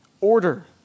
order